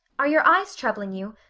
are your eyes troubling you?